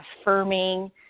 affirming